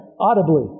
Audibly